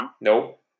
Nope